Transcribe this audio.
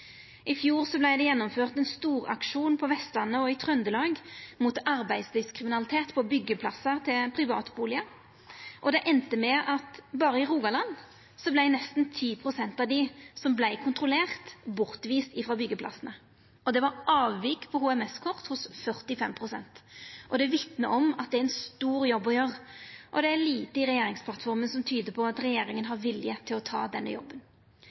I fjor vart det gjennomført ein storaksjon på Vestlandet og i Trøndelag mot arbeidslivskriminalitet på byggjeplassar til privatbustader. Det enda med at berre i Rogaland vart nesten 10 pst. av dei som vart kontrollerte, viste bort frå byggjeplassane. Det var avvik på HMS-kort hos 45 pst. Det vitnar om at det er ein stor jobb å gjera, og det er lite i regjeringsplattforma som tyder på at regjeringa har vilje til å ta denne jobben.